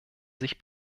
sich